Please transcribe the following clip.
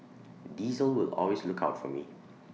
diesel will always look out for me